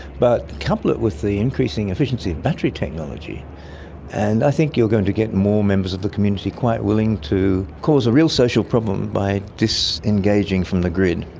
but couple it with the increasing efficiency of battery technology and i think you're going to get more members of the community quite willing to cause a real social problem by disengaging from the grid,